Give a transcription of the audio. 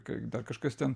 kai dar kažkas ten